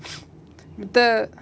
the